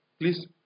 please